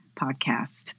Podcast